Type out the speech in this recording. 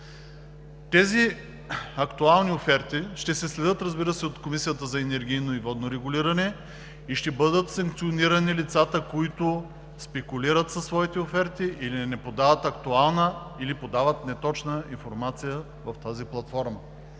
Тези актуални оферти ще се следят, разбира се, от Комисията за енергийно и водно регулиране и ще бъдат санкционирани лицата, които спекулират със своите оферти, не подават актуална или подават неточна информация в тази платформа.